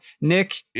Nick